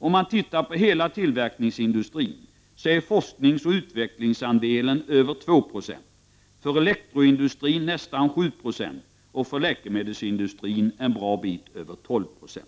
Om man ser till hela tillverkningsindustrin är forsk ningsoch utvecklingsandelen över 2 96, för elektroindustrin är den nästan 7 Jo och för läkemedelsindustrin är den en bra bit över 12 90.